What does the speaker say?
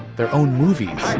their own movies,